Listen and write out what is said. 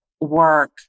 work